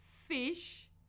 fish